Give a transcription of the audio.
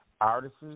artists